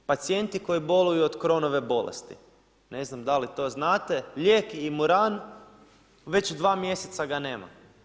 Pacijenti koji boluju od Chronove bolesti, ne znam da li to znate lijek imuran već 2 mjeseca ga nema.